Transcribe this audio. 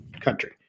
country